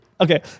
Okay